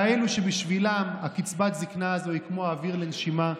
כאלה שבשבילן קצבת הזקנה הזאת היא כמו אוויר לנשימה,